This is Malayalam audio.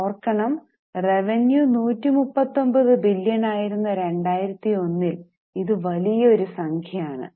ഓർക്കണം റവന്യു 139 ബില്യൺ ആയിരുന്ന 2001ൽ ഇത് വലിയ ഒരു സംഖ്യ ആണ്